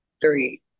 three